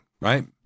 right